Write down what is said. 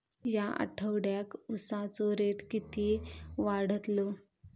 या आठवड्याक उसाचो रेट किती वाढतलो?